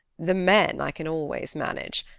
the men i can always manage.